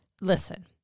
Listen